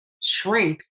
shrink